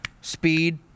speed